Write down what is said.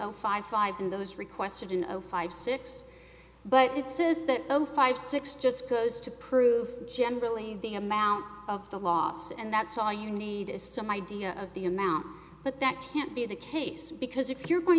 zero five five and those requested in zero five six but it says that the five six just goes to prove generally the amount of the loss and that's all you need is some idea of the amount but that can't be the case because if you're going